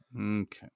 Okay